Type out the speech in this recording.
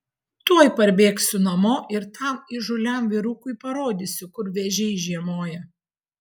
tuoj parbėgsiu namo ir tam įžūliam vyrukui parodysiu kur vėžiai žiemoja